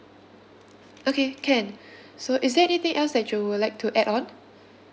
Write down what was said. okay can so is there anything else that you would like to add on